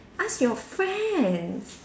ask your friends